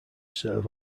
serve